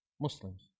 Muslims